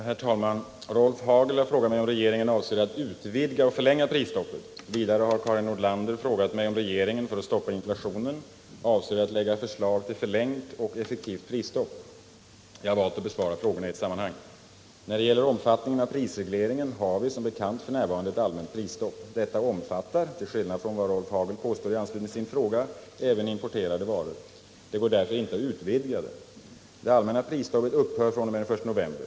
Herr talman! Rolf Hagel har frågat mig om regeringen avser att utvidga och förlänga prisstoppet. Vidare har Karin Nordlander frågat mig om regeringen, för att stoppa inflationen, avser att framlägga förslag om förlängt och effektivt prisstopp. Jag har valt att besvara frågorna i ett sammanhang. När det gäller omfattningen av prisregleringen har vi som bekant f. n. ett allmänt prisstopp. Detta omfattar — till skillnad från vad Rolf Hagel påstår i anslutning till sin fråga — även importerade varor. Det går därför inte att utvidga det. Det allmänna prisstoppet upphör fr.o.m. den 1 november.